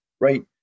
right